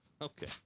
Okay